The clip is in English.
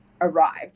arrived